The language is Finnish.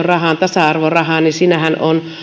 diskriminaation rahaan tasa arvorahaan on